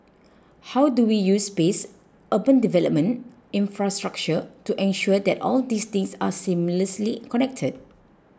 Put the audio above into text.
how do we use space urban development infrastructure to ensure that all these things are seamlessly connected